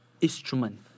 instrument